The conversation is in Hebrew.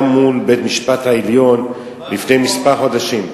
גם מול בית-המשפט העליון לפני כמה חודשים.